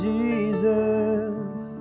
Jesus